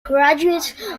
graduates